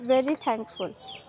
very thank full